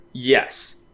yes